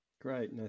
Great